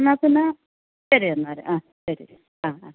എന്നാൽ പിന്നെ ശരി എന്നാൽ ആ ശരി ആ ആ